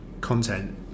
content